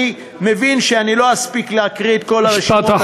אני מבין שאני לא אספיק להקריא את כל הרשימות.